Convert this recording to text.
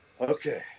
Okay